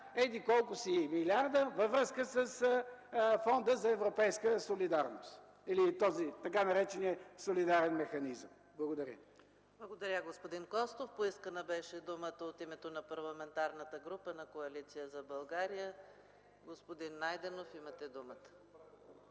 еди-колко си милиарда във връзка с Фонда за европейска солидарност – така нареченият солидарен механизъм. Благодаря. ПРЕДСЕДАТЕЛ ЕКАТЕРИНА МИХАЙЛОВА: Благодаря, господин Костов. Поискана беше думата от името на Парламентарната група на Коалиция за България. Господин Найденов, имате думата.